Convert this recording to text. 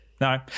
No